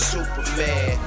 Superman